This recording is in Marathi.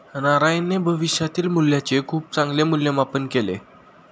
नारायणने भविष्यातील मूल्याचे खूप चांगले मूल्यमापन केले